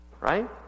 right